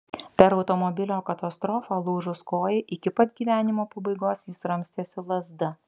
per automobilio katastrofą lūžus kojai iki pat gyvenimo pabaigos jis ramstėsi lazda